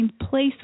place